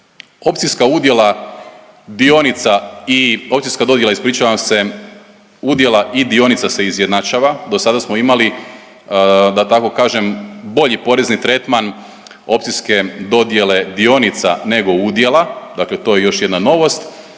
Opcijska udjela dionica i opcijska dodjela, ispričavam se, udjela i dionica se izjednačava, dosada smo imali da tako kažem bolji porezni tretman opcijske dodjele dionica nego udjela, dakle to je još jedna novost.